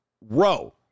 row